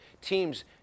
Teams